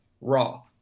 Raw